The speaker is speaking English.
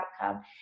outcome